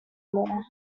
more